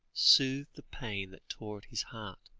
soothed the pain that tore at his heart.